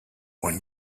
one